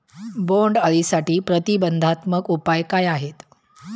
बोंडअळीसाठी प्रतिबंधात्मक उपाय काय आहेत?